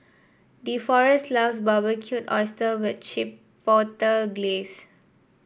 Deforest loves Barbecued Oyster with Chipotle Glaze